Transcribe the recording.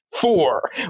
Four